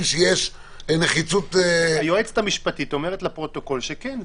שיש נחיצות --- היועצת המשפטית אומרת לפרוטוקול שכן,